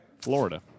florida